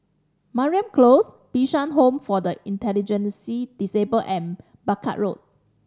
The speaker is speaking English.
Mariam Close Bishan Home for the Disabled and Barker Road